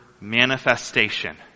manifestation